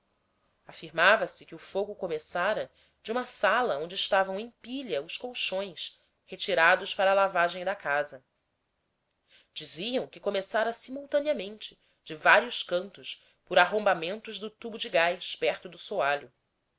proposital afirmava se que o fogo começara de uma sala onde estavam em pilha os colchões retirados para a lavagem da casa diziam que começara simultaneamente de vários cantos por arrombamentos do tubo de gás perto do